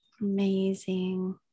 Amazing